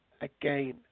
again